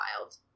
wild